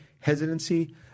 hesitancy